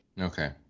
Okay